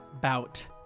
bout